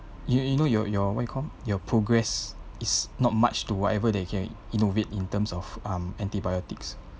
you you know your your what you call your progress is not much to whatever they can innovate in terms of um antibiotics